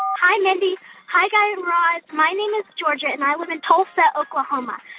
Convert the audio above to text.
hi, mindy. hi, guy raz. my name is georgia, and i live in tulsa, okla. um ah